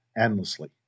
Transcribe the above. endlessly